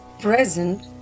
present